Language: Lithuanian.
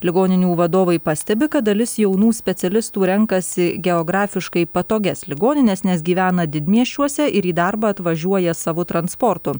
ligoninių vadovai pastebi kad dalis jaunų specialistų renkasi geografiškai patogias ligonines nes gyvena didmiesčiuose ir į darbą atvažiuoja savu transportu